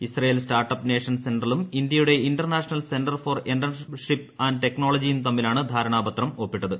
Israel startup nation സെൻട്രലും ഇന്ത്യയുടെ international centre for entrepreneurship and ടെക്നോളജിയും തമ്മിലാണ് ധാരണാപത്രം ഒപ്പിട്ടത്